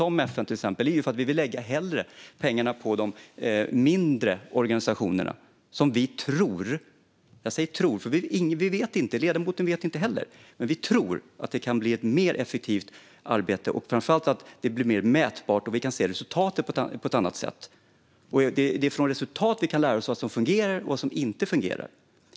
Det är för att vi hellre vill lägga pengarna på de mindre organisationerna, som vi tror - jag säger tror; vi vet inte, och ledamoten vet inte heller - kan innebära att det blir ett mer effektivt arbete och framför allt mätbart så att vi kan se resultatet på ett annat sätt. Det är från resultat vi kan se vad som fungerar och vad som inte fungerar.